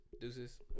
Deuces